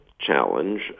challenge